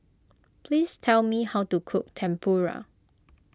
please tell me how to cook Tempura